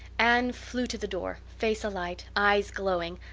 anne flew to the door, face alight, eyes glowing.